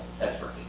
Effort